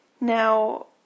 Now